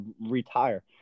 retire